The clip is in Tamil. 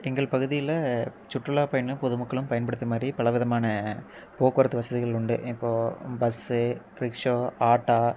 எங்கள் பகுதியில சுற்றுலா பயணிகளும் பொது மக்களும் பயன்படுத்துகிற மாதிரி பல விதமான போக்குவரத்து வசதிகள் உண்டு இப்போ பஸ்ஸு ரிக்ஸா ஆட்டோ